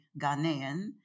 Ghanaian